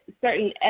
certain